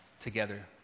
together